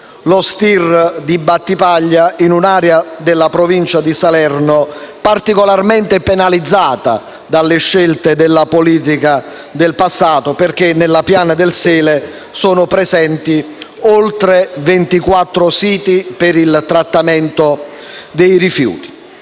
ciò è avvenuto in un'area della provincia di Salerno particolarmente penalizzata dalle scelte della politica del passato, perché nella piana del Sele sono presenti oltre 24 siti per il trattamento dei rifiuti.